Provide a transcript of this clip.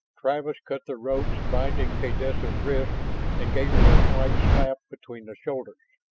travis cut the ropes binding kaydessa's wrists and gave her a slight slap between the shoulders.